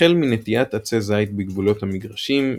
החל מנטיעת עצי זית בגבולות המגרשים,